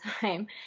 time